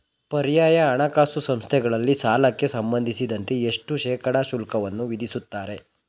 ಪರ್ಯಾಯ ಹಣಕಾಸು ಸಂಸ್ಥೆಗಳಲ್ಲಿ ಸಾಲಕ್ಕೆ ಸಂಬಂಧಿಸಿದಂತೆ ಎಷ್ಟು ಶೇಕಡಾ ಶುಲ್ಕವನ್ನು ವಿಧಿಸುತ್ತಾರೆ?